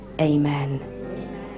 Amen